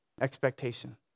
expectation